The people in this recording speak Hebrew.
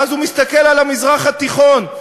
ואז הוא מסתכל על המזרח התיכון,